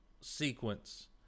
sequence